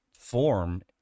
form